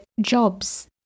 jobs